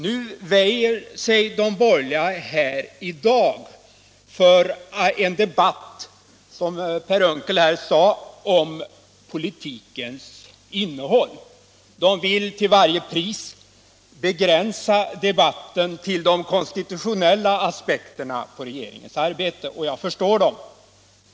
De borgerliga värjer sig i dag för en debatt, som Per Unckel sade, om politikens innehåll. De vill till varje pris begränsa debatten till de konstitutionella aspekterna på regeringens arbete, och jag förstår dem.